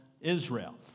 Israel